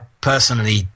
personally